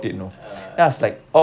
ah